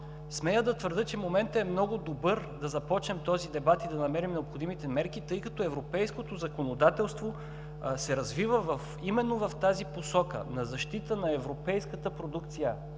Смея да твърдя, че моментът е много добър да започнем такъв дебат и да намерим необходимите мерки, тъй като европейското законодателство се развива именно в тази посока – на защита на европейската продукция.